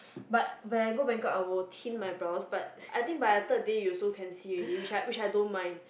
but but I go Bangkok will tint my brows but I think by the third day you also can see already which I which I don't mind